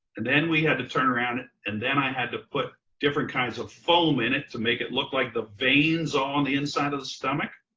and then we had to turn around and then i had to put different kinds of foam in it to make it look like the veins all on the inside of the stomach.